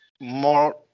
more